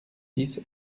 six